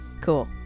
cool